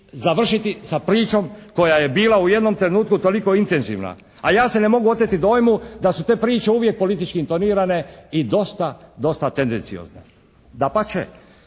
završiti pričom koja je bila u jednom trenutku toliko intenzivna a ja se ne mogu oteti dojmu da su te priče uvijek politički intonirane i dosta tendenciozne. Dapače,